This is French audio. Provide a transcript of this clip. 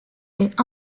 est